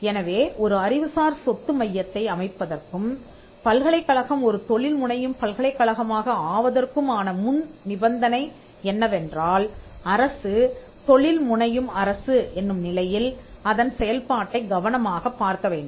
எனவே ஒரு அறிவுசார் சொத்து மையத்தை அமைப்பதற்கும் பல்கலைக்கழகம் ஒரு தொழில் முனையும் பல்கலைக்கழகமாக ஆவதற்குமான முன் நிபந்தனை என்னவென்றால் அரசு தொழில் முனையும் அரசு என்னும் நிலையில் அதன் செயல்பாட்டைக் கவனமாகப் பார்க்கவேண்டும்